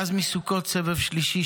ואז מסוכות סבב שלישי,